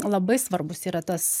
labai svarbus yra tas